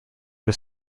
his